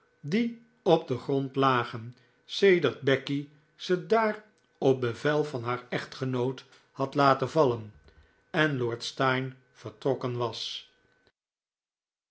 die op den grond lagen sedert becky ze daar op bevel van haar echtgenoot had laten vallen en lord steyne vertrokken was